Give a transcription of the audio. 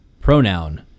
pronoun